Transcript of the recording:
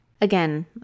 again